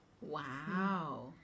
Wow